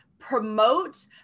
promote